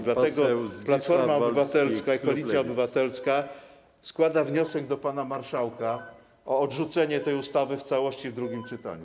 Dlatego Platforma Obywatelska i Koalicja Obywatelska składają wniosek do pana marszałka o odrzucenie tej ustawy w całości w drugim czytaniu.